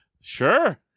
Sure